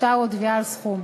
שטר או תביעה על סכום.